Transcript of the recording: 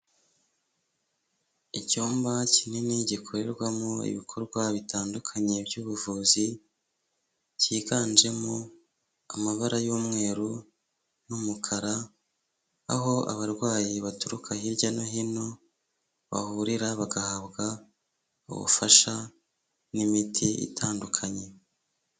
Icyumba kinini gikorerwamo ibikorwa bitandukanye by'ubuvuzi cyiganjemo amabara y'umweru n'umukara, aho abarwayi baturuka hirya no hino bahurira bagahabwa ubufasha n'imiti itandukanye.